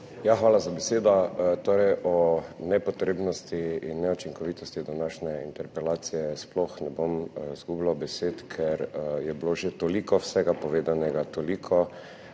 Hvala za besedo. Torej o nepotrebnosti in neučinkovitosti današnje interpelacije sploh ne bom izgubljal besed, ker je bilo že toliko vsega povedanega, toliko